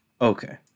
Okay